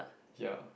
ya